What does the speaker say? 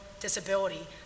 disability